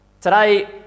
Today